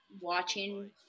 watching